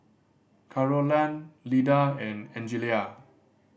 Carolann Lida and Angelia